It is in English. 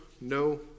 no